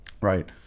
right